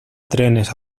trenes